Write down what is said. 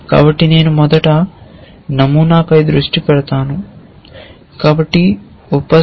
కాబట్టి నేను మొదట నమూనాపై దృష్టి పెడతాను